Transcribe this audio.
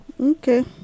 Okay